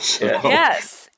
Yes